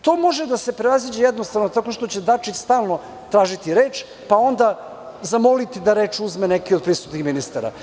To može da se prevaziđe tako što će Dačić stalno tražiti reč, pa onda zamoliti da reč uzme neki od prisutnih ministara.